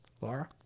Laura